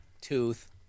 tooth